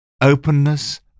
Openness